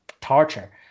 torture